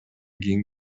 кийин